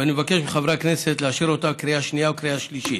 ואני מבקש מחברי הכנסת לאשר אותה בקריאה שנייה ובקריאה שלישית.